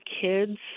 kids